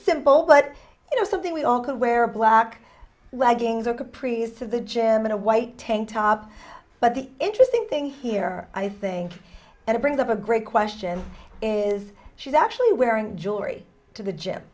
simple but you know something we all could wear black leggings or capris to the gym in a white tank top but the interesting thing here i think and it brings up a great question is she's actually wearing jewelry to the gym